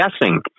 guessing